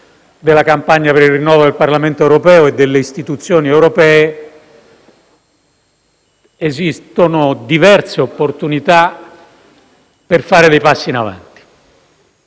della campagna per il rinnovo del Parlamento e delle istituzioni europee, esistono diverse opportunità per fare dei passi in avanti.